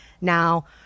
Now